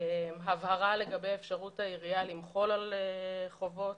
הבהרה לגבי אפשרות העירייה למחול על חובות,